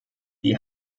sie